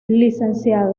lic